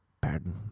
pardon